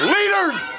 Leaders